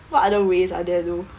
what other ways are there though